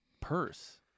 purse